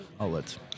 outlets